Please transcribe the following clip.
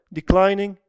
declining